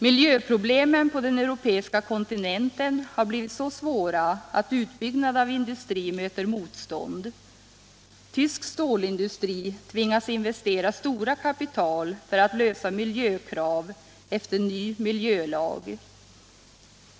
Miljöproblemen på den europeiska kontinenten har blivit så svåra att utbyggnad av industri möter motstånd. Tysk stålindustri tvingas investera stora kapital för att lösa miljökrav efter ny miljölag.